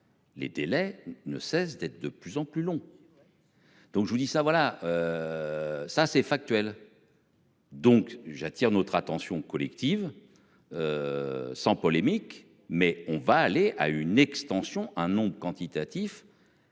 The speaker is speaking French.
Les délais ne cesse d'être de plus en plus long. Donc je vous dis ça voilà. Ça c'est factuel. Donc j'attire notre attention collective. Sans polémique. Mais on va aller à une extension hein non quantitatif.